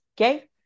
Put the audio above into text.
Okay